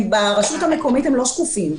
ברשות המקומית הם לא שקופים.